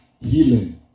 healing